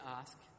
ask